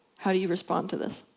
how do you respond to this?